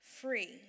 free